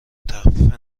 تخفیف